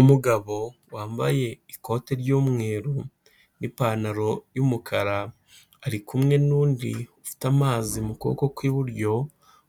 Umugabo wambaye ikote ry'umweru n'ipantaro y'umukara, ari kumwe n'undi ufite amazi mu kuboko kw'iburyo,